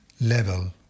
level